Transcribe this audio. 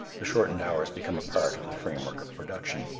the shortened hours become a part of the framework of production.